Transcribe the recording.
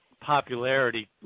popularity